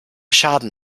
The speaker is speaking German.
schaden